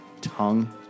tongue